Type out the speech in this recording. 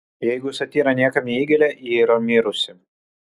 jeigu satyra niekam neįgelia ji yra mirusi